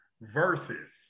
versus